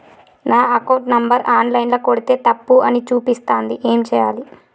నా account number online ల కొడ్తే తప్పు అని చూపిస్తాంది ఏం చేయాలి?